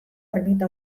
ermita